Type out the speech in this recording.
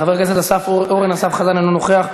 חבר הכנסת אורן אסף חזן, אינו נוכח.